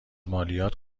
مالیات